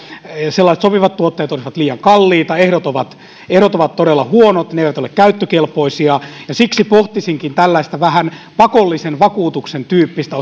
sellaiset sopivat tuotteet olisivat liian kalliita ehdot ovat ehdot ovat todella huonot ne eivät ole käyttökelpoisia siksi pohtisinkin tällaista vähän pakollisen vakuutuksen tyyppistä